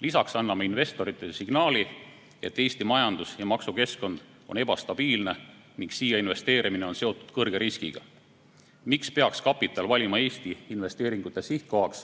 Lisaks anname investoritele signaali, et Eesti majandus- ja maksukeskkond on ebastabiilne ning siia investeerimine on seotud kõrge riskiga. Miks peaks kapital valima Eesti investeeringute sihtkohaks,